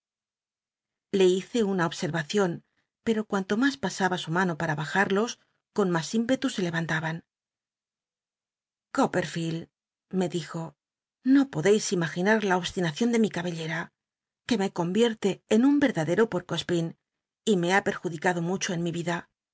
le hice una ob etvacion pero cuánto mas pasaba su mano p ua bajarlos con mas ímpetu se levantaban copperfield me dijo no podeis imaginar la obstinacion de mi cabellera que me convierte en un erundero puercoespin y me ha pcijuclicado mucho en mi y